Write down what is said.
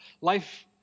Life